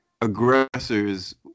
aggressors